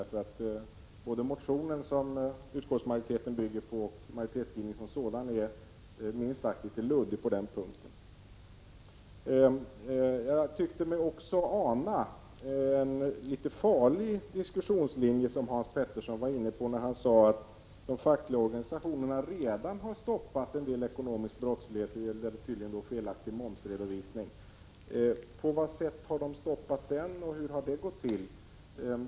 Både motionen, som utskottsmajoriteten tillstyrker, och majoritetsskrivningen som sådan är minst sagt litet luddiga på denna punkt. Jag tyckte mig också ana en litet farlig diskussionslinje som Hans Pettersson var inne på, när han sade att de fackliga organisationerna redan har stoppat en del ekonomisk brottslighet. Det gällde tydligen felaktig momsredovisning. På vad sätt har de stoppat den, och hur har det gått till?